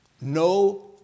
No